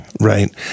Right